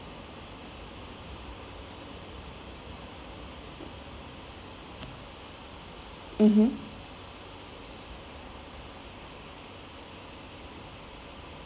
mmhmm